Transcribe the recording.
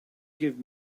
give